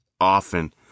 often